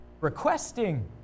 requesting